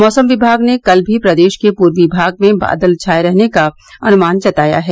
मौसम विभाग ने कल भी प्रदेश के पूर्वी भाग में बादल छाए रहने का अनुमान जताया है